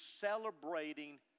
celebrating